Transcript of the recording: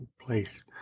place